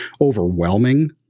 overwhelming